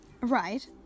Right